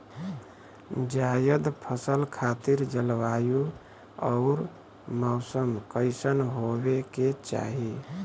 जायद फसल खातिर जलवायु अउर मौसम कइसन होवे के चाही?